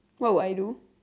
what would I do